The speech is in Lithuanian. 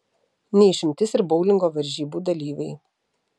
ne išimtis ir boulingo varžybų dalyviai